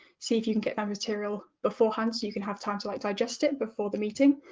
see if you can get that material beforehand so you can have time to like digest it before the meeting,